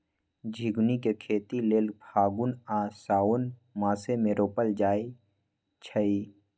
झिगुनी के खेती लेल फागुन आ साओंन मासमे रोपल जाइ छै